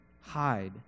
hide